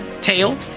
tail